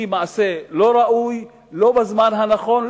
היא מעשה לא ראוי ולא בזמן הנכון,